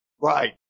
Right